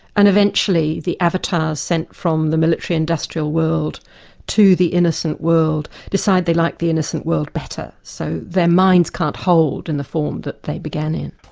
and eventually the avatars sent from the military industrial world to the innocent world, decide they like the innocent world better. so their minds can't hold in the form that they began in.